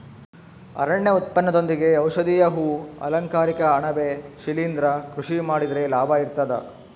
ಅರಣ್ಯ ಉತ್ಪನ್ನದೊಂದಿಗೆ ಔಷಧೀಯ ಹೂ ಅಲಂಕಾರಿಕ ಅಣಬೆ ಶಿಲಿಂದ್ರ ಕೃಷಿ ಮಾಡಿದ್ರೆ ಲಾಭ ಇರ್ತದ